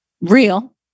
real